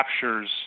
captures